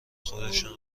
خودشون